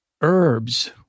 herbs